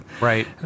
Right